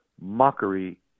mockery